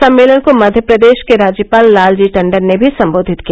सम्मेलन को मध्य प्रदेश के राज्यपाल लालजी टंडन ने भी संबोधित किया